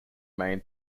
main